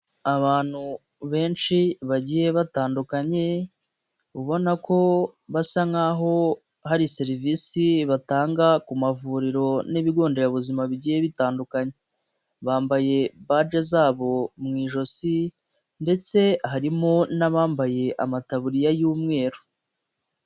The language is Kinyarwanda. Abantu benshi bagiye batandukanye ubona ko basa nk'aho hari serivisi batanga ku mavuriro n'ibigo nderabuzima bigiye bitandukanye, bambaye baje zabo mu ijosi ndetse harimo n'abambaye amatabuririya y'umweru.